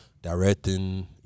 Directing